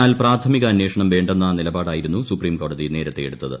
എന്നാൽ പ്രാഥമിക അന്വേഷണം വേണ്ടെന്ന നിലപാടായിരുന്നു സുപ്രിംകോടതി നേരത്തെ എടുത്തത്